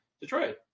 Detroit